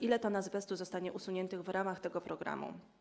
Ile ton azbestu zostanie usuniętych w ramach tego programu?